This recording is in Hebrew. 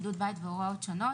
בידוד בית והוראות שונות,